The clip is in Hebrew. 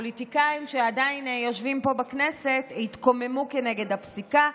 פוליטיקאים שעדיין יושבים פה בכנסת התקוממו כנגד הפסיקה,